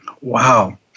Wow